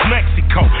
Mexico